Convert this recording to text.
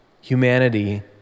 humanity